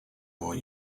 more